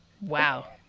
Wow